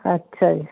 ਅੱਛਾ ਜੀ